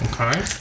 Okay